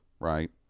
right